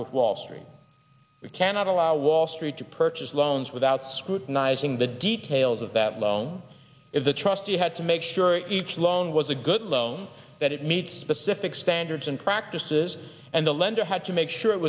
with wall street we cannot allow wall street to purchase loans without scrutinizing the details of that loan is the trustee had to make sure each loan was a good loan that it meets specific standards and practices and the lender had to make sure it